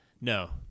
No